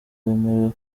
bemerewe